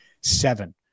Seven